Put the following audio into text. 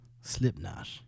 Slipknot